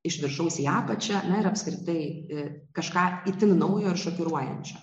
iš viršaus į apačią na ir apskritai į kažką itin naujo ir šokiruojančio